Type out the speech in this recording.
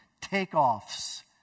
takeoffs